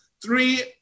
Three